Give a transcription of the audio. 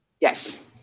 Yes